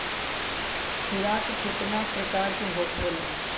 खुराक केतना प्रकार के होखेला?